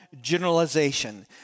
generalization